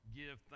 give